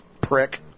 prick